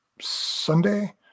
Sunday